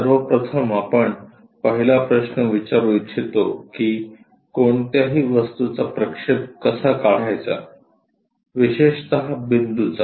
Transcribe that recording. सर्व प्रथम आपण पहिला प्रश्न विचारू इच्छितो कि कोणत्याही वस्तूचा प्रक्षेप कसा काढायचा विशेषत बिंदूचा